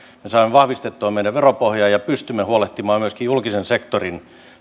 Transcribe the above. me saamme vahvistettua meidän veropohjaa ja pystymme huolehtimaan myöskin julkisen sektorin